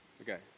okay